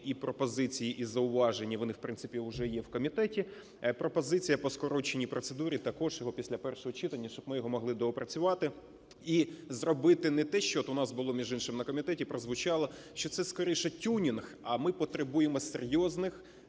і пропозиції і зауваження і вони в принципі уже є в комітеті, пропозиція, по скороченій процедурі, також його після першого читання, щоб ми його могли доопрацювати. І зробити не те що… От у нас було, між іншим, на комітеті прозвучало, що це скоріше "тюнінг", а ми потребуємо серйозних